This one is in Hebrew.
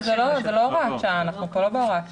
זה לא הוראת שעה, אנחנו כבר לא בהוראת שעה.